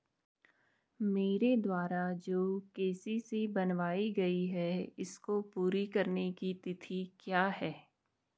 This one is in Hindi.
मेरे द्वारा जो के.सी.सी बनवायी गयी है इसको पूरी करने की तिथि क्या है?